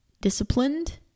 disciplined